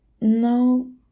No